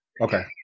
Okay